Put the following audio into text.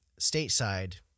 stateside